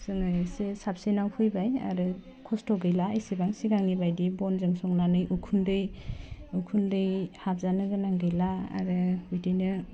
जोङो एसे साबसिनाव फैबाय आरो खस्थ' गैला एसेबां सिगांनि बायदि बनजों संनानै उखुन्दै उखुन्दै हाबजानो गोनां गैला आरो बिदिनो